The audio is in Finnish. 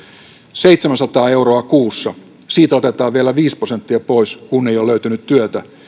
seitsemänsataa euroa kuussa siitä otetaan vielä viisi prosenttia pois kun ei ole löytynyt työtä